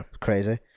crazy